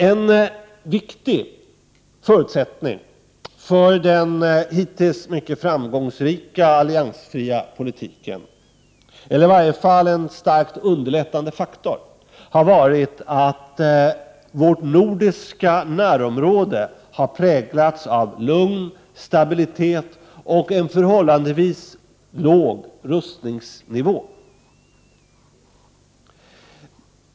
En viktig förutsättning för den hittills mycket framgångsrika alliansfria politiken eller i varje fall en starkt underlättande faktor har varit att vårt nordiska närområde har präglats av lugn, stabilitet och en förhållandevis låg rustningsnivå.